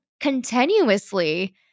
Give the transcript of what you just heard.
continuously